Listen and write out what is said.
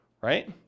right